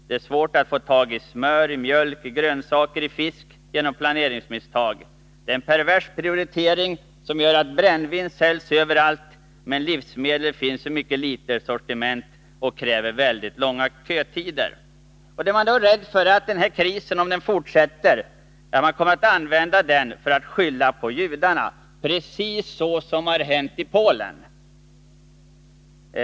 Det är på grund av planeringsmisstag svårt att få tag i smör, mjölk, grönsaker och fisk. En pervers prioritering gör att brännvin säljs överallt men att det finns mycket litet av livsmedel och att dessa kräver långa kötider. Man var rädd för att denna kris, om den fortsätter, kommer att skyllas på judarna precis så som det har hänt i Polen.